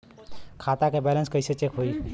खता के बैलेंस कइसे चेक होई?